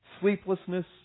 sleeplessness